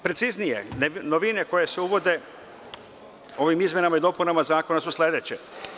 Preciznije, novine koje se uvode ovim izmenama i dopunama zakona su sledeće.